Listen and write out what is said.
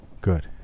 Good